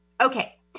Okay